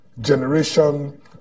generation